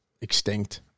extinct